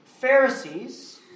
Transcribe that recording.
Pharisees